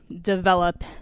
develop